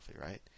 right